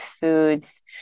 foods